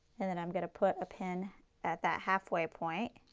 and then i am going to put a pin at that halfway point.